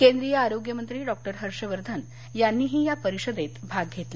केंद्रीय आरोग्य मंत्री डॉक्टर हर्षवर्धन यांनीही या परिषदेत भाग घेतला